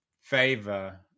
favor